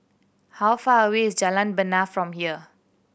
how far away is Jalan Bena from here